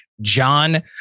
John